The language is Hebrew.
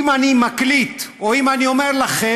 אם אני מקליט, או אם אני אומר לכם,